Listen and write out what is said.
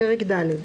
פרק ד'